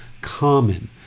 common